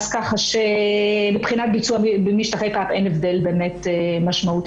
אז ככה שמבחינת משטחי פאפ אין הבדל באמת משמעותי.